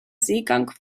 seegang